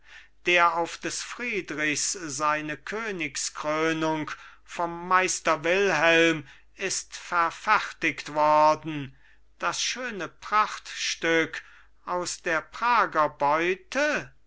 der auf des friedrichs seine königskrönung vom meister wilhelm ist verfertigt worden das schöne prachtstück aus der prager beute